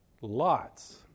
lots